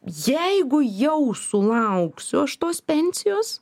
jeigu jau sulauksiu tos pensijos